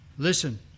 Listen